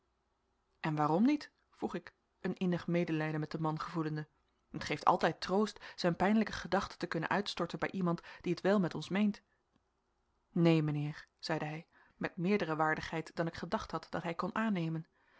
en waarom niet vroeg ik een innig medelijden met den man gevoelende het geeft altijd troost zijn pijnlijke gedachten te kunnen uitstorten bij iemand die het wel met ons meent neen mijnheer zeide hij met meerdere waardigheid dan ik gedacht had dat hij kon aannemen